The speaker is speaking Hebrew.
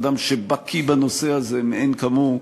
אדם שבקי בנושא הזה מאין כמוהו,